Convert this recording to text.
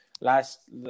last